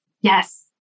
Yes